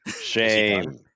shame